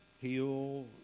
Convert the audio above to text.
heal